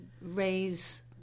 raise